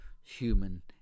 human